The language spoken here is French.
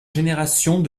générations